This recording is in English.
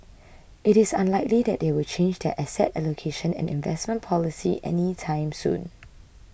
it is unlikely that they will change their asset allocation and investment policy any time soon